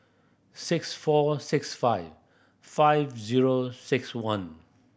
six four six five five zero six one